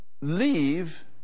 leave